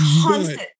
constant